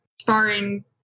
sparring